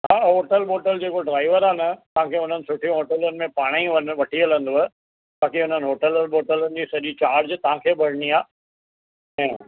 हा होटल वोटल जेको ड्राइवर आहे न तव्हां खे हू सुठनि होटलनि में पाण ई हुननि में वठी हलंदव बाकी हुननि होटलनि वोटलनि जी सॼी चार्ज तव्हां खे भरनी आहे ऐं